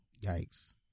Yikes